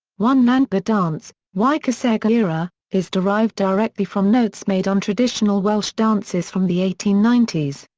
one nantgarw dance, y caseg eira, is derived directly from notes made on traditional welsh dances from the eighteen ninety s.